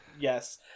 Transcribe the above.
yes